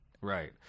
right